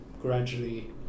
gradually